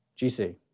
GC